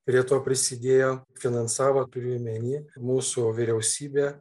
prie to prisidėjo finansavo turiu omeny mūsų vyriausybė